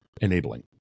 enabling